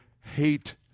hate